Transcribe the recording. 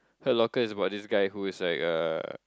Heart Locker is about this guy who is like a